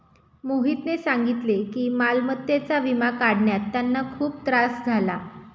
मोहितने सांगितले की मालमत्तेचा विमा काढण्यात त्यांना खूप त्रास झाला